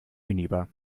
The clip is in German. minibar